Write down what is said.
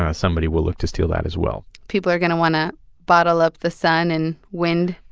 ah somebody will look to steal that as well people are going to want to bottle up the sun and wind?